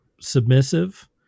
submissive